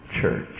church